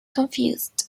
confused